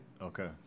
Okay